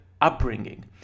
upbringing